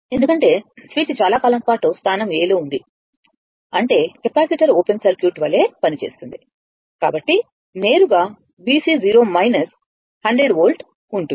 ఎందుకంటే స్విచ్ చాలా కాలం పాటు స్థానం A లో ఉంది అంటే కెపాసిటర్ ఓపెన్ సర్క్యూట్ వలె పనిచేస్తుంది కాబట్టి నేరుగా VC 100 వోల్ట్ ఉంటుంది